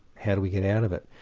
how do we get out of it?